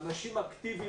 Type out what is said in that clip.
הם אנשים אקטיביים,